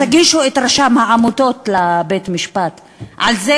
תגישו את רשם העמותות לבית-משפט על זה